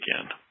again